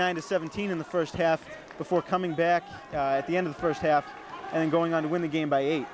nine to seventeen in the first half before coming back at the end of the first half and going on to win the game by eight